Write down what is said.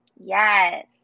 Yes